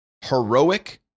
Heroic